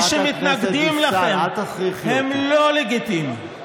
אתה לא לגיטימי,